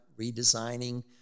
redesigning